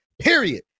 period